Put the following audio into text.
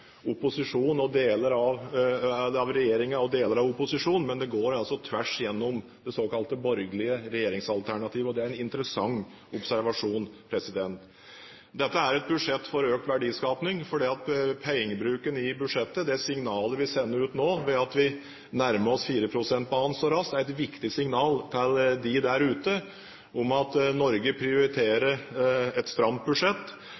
og deler av opposisjonen, men det går tvers gjennom det såkalte borgerlige regjeringsalternativet. Det er en interessant observasjon. Dette er et budsjett for økt verdiskapning fordi pengebruken i budsjettet – det signalet vi sender ut nå ved at vi nærmer oss 4-prosentbanen så raskt – er et viktig signal til dem der ute om at Norge prioriterer et stramt budsjett,